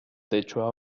techo